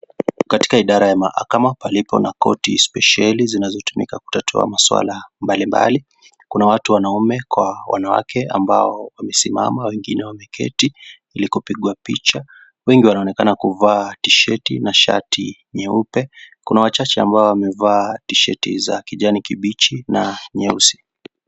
Katika idara ya mahakama palipo na koti spesheli zilizo tumika kutatua maswala mbali mbali, kuna Watu, wanaume kwa wanawake ambao wamesimama, wengine wameketi, ili kupigwa picha, wengi wamevaa tisheti, na shati nyeype kuna wachache ambao qamevaa tisheti za kijani kibichi, na nyeusi.